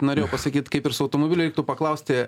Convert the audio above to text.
norėjau pasakyt kaip ir su automobiliu reiktų paklausti